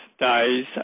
days